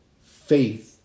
faith